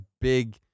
big